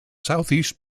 southeast